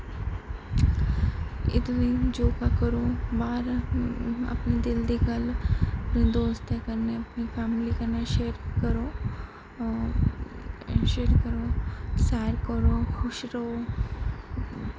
इक्क एह् कि योगा करो बाह्र अपने दिल दी गल्ल दोस्तें कन्नै अपनी फैमिली कन्नै शेयर करो शेयर करो सैर करो खुश र'वो